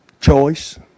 Choice